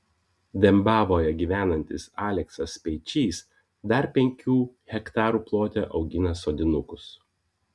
dembavoje gyvenantis aleksas speičys dar penkių hektarų plote augina sodinukus